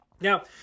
Now